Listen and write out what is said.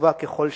חשובה ככל שתהיה,